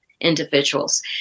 individuals